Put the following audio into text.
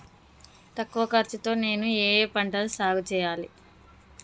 తక్కువ ఖర్చు తో నేను ఏ ఏ పంటలు సాగుచేయాలి?